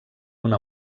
una